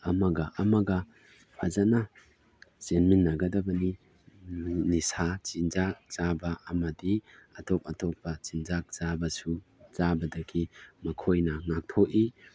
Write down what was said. ꯑꯃꯒ ꯑꯃꯒ ꯐꯖꯅ ꯆꯦꯟꯃꯤꯟꯅꯒꯗꯕꯅꯤ ꯅꯤꯁꯥ ꯆꯤꯟꯖꯥꯛ ꯆꯥꯕ ꯑꯃꯗꯤ ꯑꯇꯣꯞ ꯑꯇꯣꯞꯄ ꯆꯤꯟꯖꯥꯛ ꯆꯥꯕꯁꯨ ꯆꯥꯕꯗꯒꯤ ꯃꯈꯣꯏꯅ ꯉꯥꯛꯊꯣꯛꯏ